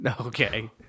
Okay